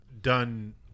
done